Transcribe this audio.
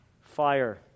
Fire